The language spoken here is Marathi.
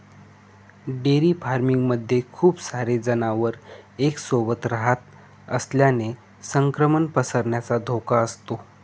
डेअरी फार्मिंग मध्ये खूप सारे जनावर एक सोबत रहात असल्याने संक्रमण पसरण्याचा धोका असतो